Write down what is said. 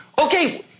okay